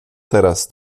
teraz